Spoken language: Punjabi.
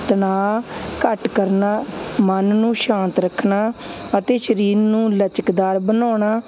ਤਣਾਅ ਘੱਟ ਕਰਨਾ ਮਨ ਨੂੰ ਸ਼ਾਂਤ ਰੱਖਣਾ ਅਤੇ ਸਰੀਰ ਨੂੰ ਲਚਕਦਾਰ ਬਣਾਉਣਾ